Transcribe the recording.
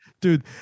dude